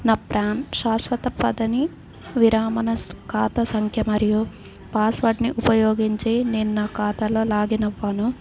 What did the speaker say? నా ప్రాన్ శాశ్వత పదవి విరామన ఖాతా సంఖ్య మరియు పాస్వర్డ్ని ఉపయోగించి నేను నా ఖాతాలో లాగిన్ అయ్యాను